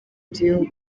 gihugu